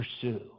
pursue